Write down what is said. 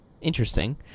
interesting